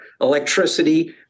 electricity